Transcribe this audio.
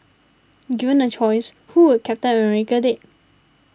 given a choice who would Captain America date